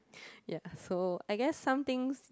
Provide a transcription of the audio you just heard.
ya so I guess some things